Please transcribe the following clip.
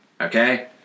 Okay